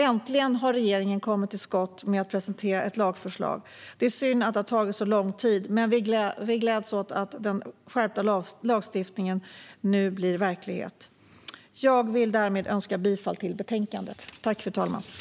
Äntligen har regeringen kommit till skott med att presentera ett lagförslag. Det är synd att det har tagit så lång tid, men vi gläds åt att den skärpta lagstiftningen nu blir verklighet. Jag yrkar därmed bifall till förslaget i betänkandet.